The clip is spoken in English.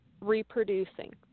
reproducing